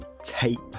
tape